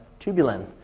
tubulin